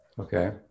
okay